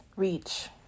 Reach